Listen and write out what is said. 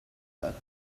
got